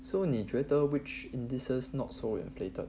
so 你觉得 which indices not so and plated